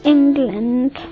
England